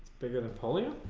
bigger than pollio